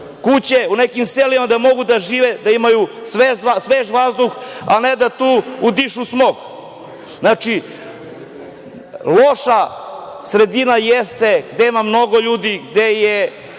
kuće u nekim selima da mogu da žive, da imaju svež vazduh, a ne da tu udišu smog. Znači, loša sredina jeste gde ima mnogo ljudi, gde je